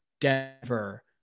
Denver